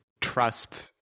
trust